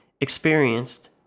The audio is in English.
experienced